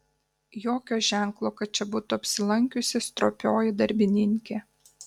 jokio ženklo kad čia būtų apsilankiusi stropioji darbininkė